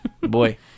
boy